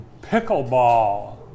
pickleball